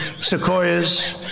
sequoias